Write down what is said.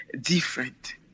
different